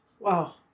Wow